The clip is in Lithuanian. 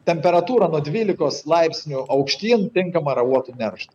temperatūra nuo dvylikos laipsnių aukštyn tinkama yra uotui neršt